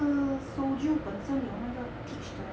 soju 本身有那个 peach 的